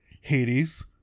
Hades